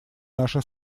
наши